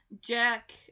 Jack